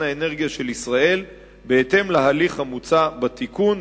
האנרגיה של ישראל בהתאם להליך המוצע בתיקון.